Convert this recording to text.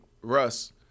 Russ